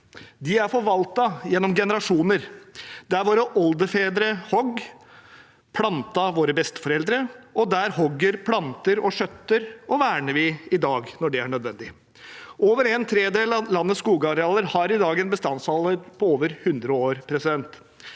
de er forvaltet gjennom generasjoner. Der våre oldefedre hogg, plantet våre besteforeldre, og der hogger, planter, skjøtter og verner vi i dag, når det er nødvendig. Over en tredel av landets skogarealer har i dag en bestandsalder på over 100 år,